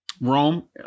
Rome